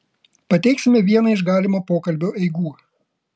pateiksime vieną iš galimo pokalbio eigų